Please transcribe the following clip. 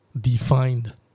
defined